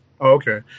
Okay